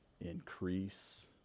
Increase